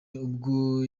ubwo